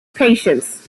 patients